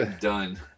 done